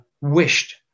wished